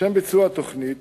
בשל ביצוע התוכנית